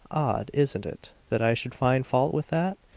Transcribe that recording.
odd, isn't it, that i should find fault with that?